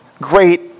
great